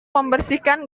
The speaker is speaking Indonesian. membersihkan